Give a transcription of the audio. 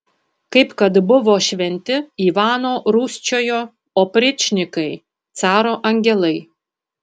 kaip kad buvo šventi ivano rūsčiojo opričnikai caro angelai